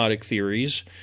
theories